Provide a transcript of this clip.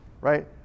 Right